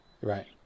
Right